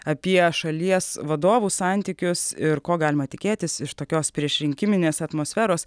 apie šalies vadovų santykius ir ko galima tikėtis iš tokios priešrinkiminės atmosferos